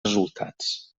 resultats